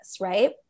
right